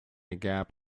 gap